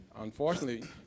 Unfortunately